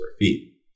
feet